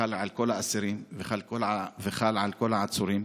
וחל על כל האסירים וחל על כל העצורים.